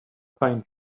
pine